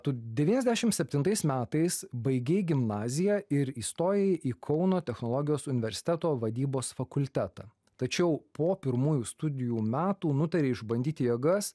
tu devyniasdešim septintais metais baigei gimnaziją ir įstojai į kauno technologijos universiteto vadybos fakultetą tačiau po pirmųjų studijų metų nutarei išbandyti jėgas